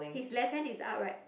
his left hand is up right